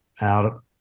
out